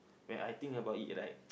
when I think about it right